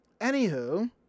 anywho